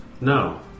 No